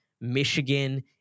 Michigan